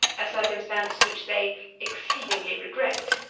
a circumstance which they exceedingly regret.